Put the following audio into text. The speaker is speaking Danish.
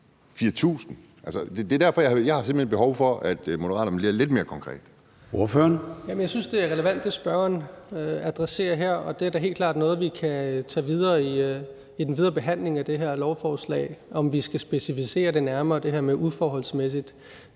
4.000 kr? Det er derfor, at jeg simpelt hen har behov for, at Moderaterne bliver lidt mere konkrete.